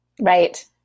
Right